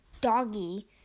Doggy